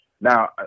Now